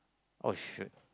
oh shoot